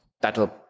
That'll